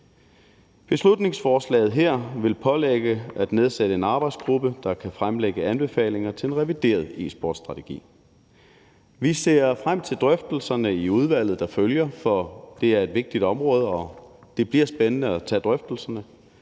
Beslutningsforslaget her vil pålægge nedsættelse af en arbejdsgruppe, der kan fremlægge anbefalinger til en revideret e-sportsstrategi. Vi ser frem til de efterfølgende drøftelser i udvalget, for det er et vigtigt område, og det bliver spændende at tage drøftelserne.